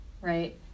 right